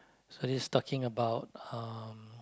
so this is talking about uh